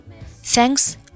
Thanks